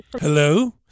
hello